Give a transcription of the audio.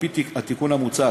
על-פי התיקון המוצע,